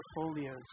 portfolios